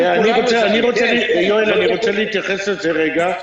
אני רוצה להתייחס לזה לרגע.